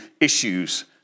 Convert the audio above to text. issues